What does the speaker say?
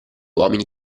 uomini